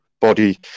body